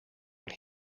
when